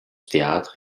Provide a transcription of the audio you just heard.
théâtre